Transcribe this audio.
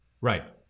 Right